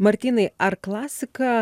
martynai ar klasika